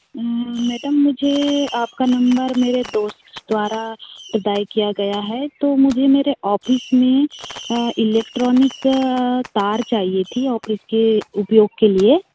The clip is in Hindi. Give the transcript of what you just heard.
मैडम मुझे आपका नंबर मेरे दोस्त द्वारा प्रदान किया गया है तो मुझे मेरे ऑफिस में इलेक्ट्रॉनिक तार चाहिए थी ऑफिस के उपयोग के लिए